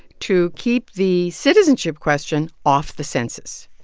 to keep the citizenship question off the census.